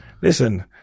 listen